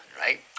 right